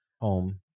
home